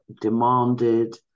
demanded